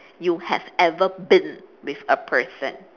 you have ever been with a person